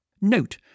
Note